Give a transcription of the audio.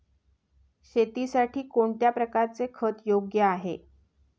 शेतीसाठी कोणत्या प्रकारचे खत योग्य आहे?